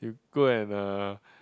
you go and uh